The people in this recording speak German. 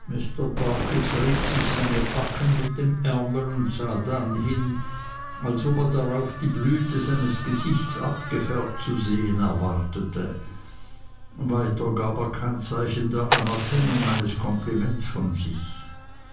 seine backen mit dem ärmel und sah dann hin als ob er darauf die blüte seines gesichts abgefärbt zu sehen erwartete weiter gab er kein zeichen der anerkennung meines kompliments von sich